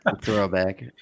Throwback